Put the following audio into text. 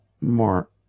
more